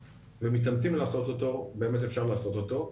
ומתאמצים לעשות אותו באמת אפשר לעשות אותו.